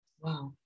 Wow